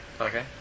Okay